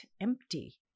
empty